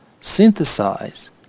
synthesize